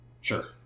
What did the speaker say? Sure